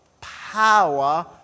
Power